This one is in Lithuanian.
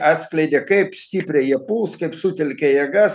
atskleidė kaip stipriai jie puls kaip sutelkė jėgas